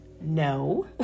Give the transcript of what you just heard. no